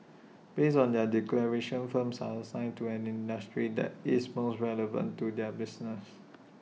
based on their declarations firms are assigned to an industry that is most relevant to their business